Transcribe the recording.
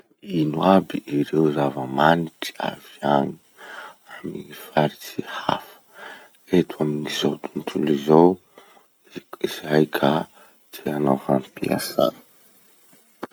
Ino aby ireo zava-manitry avy any amy faritsy hafa eto amin'izao tontolo izao ka tianao ampiasa?